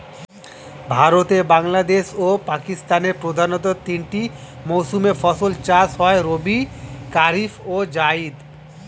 ভারতে, বাংলাদেশ ও পাকিস্তানের প্রধানতঃ তিনটি মৌসুমে ফসল চাষ হয় রবি, কারিফ এবং জাইদ